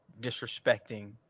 disrespecting